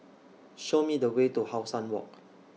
Show Me The Way to How Sun Walk